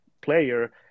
player